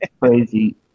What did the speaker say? crazy